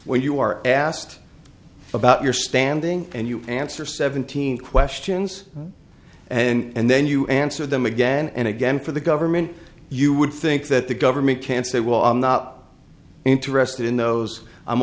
where you are asked about your standing and you answer seventeen questions and then you answer them again and again for the government you would think that the government can say well i'm not interested in those i'm